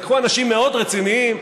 לקחו אנשים מאוד רציניים,